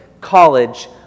college